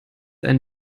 ein